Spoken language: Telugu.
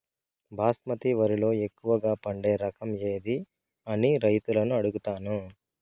బాస్మతి వరిలో ఎక్కువగా పండే రకం ఏది అని రైతులను అడుగుతాను?